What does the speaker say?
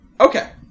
Okay